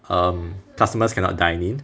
um customers cannot dine in